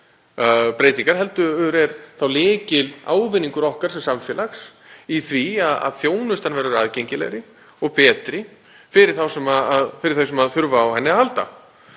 breytingar, heldur er lykilávinningur okkar sem samfélags sá að þjónustan verður aðgengilegri og betri fyrir þá sem þurfa á henni að halda.